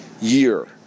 year